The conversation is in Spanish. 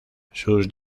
sus